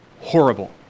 horrible